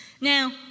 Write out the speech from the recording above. Now